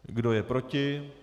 Kdo je proti?